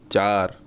چار